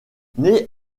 nés